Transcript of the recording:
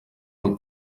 pel